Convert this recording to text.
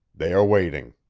they are waiting.